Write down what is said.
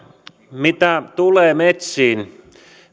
mitä tulee metsiin